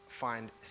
find